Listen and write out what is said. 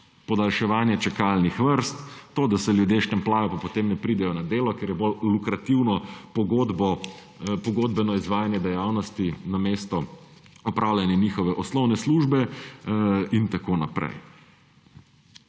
podaljševanje čakalnih vrst, to, da se ljudje štempljajo, pa potem ne pridejo na delo, ker je bolj lukrativno pogodbeno izvajanje dejavnosti namesto opravljanja njihove osnovne službe in tako naprej.